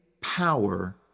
power